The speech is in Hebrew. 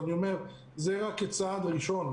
אבל זה רק כצעד ראשון.